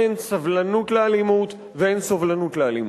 אין סבלנות לאלימות ואין סובלנות לאלימות.